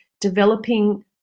developing